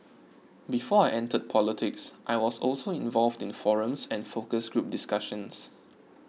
before I entered politics I was also involved in forums and focus group discussions